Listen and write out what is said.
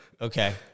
okay